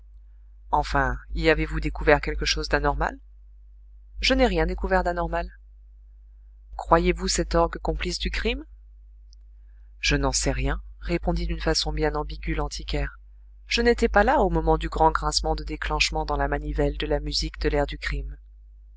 enfin y avez-vous découvert quelque chose d'anormal je n'ai rien découvert d'anormal croyez-vous cet orgue complice du crime je n'en sais rien répondit d'une façon bien ambiguë l'antiquaire je n'étais pas là au moment du grand grincement de déclenchement dans la manivelle de la musique de l'air du crime